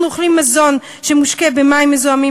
אנחנו אוכלים מזון שמושקה במים מזוהמים,